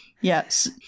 Yes